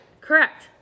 Correct